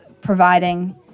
providing